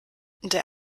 der